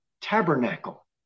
tabernacle